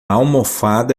almofada